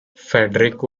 fedric